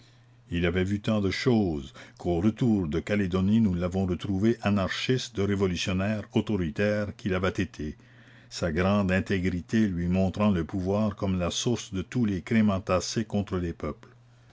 il avait vu tant de choses qu'au retour de calédonie nous l'avons retrouvé anarchiste de révolutionnaire autoritaire qu'il avait été sa grande intégrité lui montrant le pouvoir comme la source de tous les crimes entassés contre les peuples